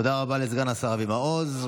תודה רבה לסגן השר אבי מעוז.